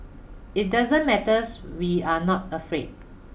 it doesn't matters we are not afraid